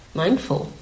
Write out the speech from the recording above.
mindful